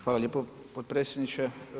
Hvala lijepo potpredsjedniče.